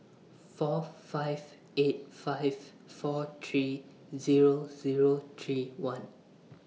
four five eight five four three Zero Zero three one